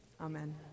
Amen